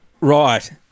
Right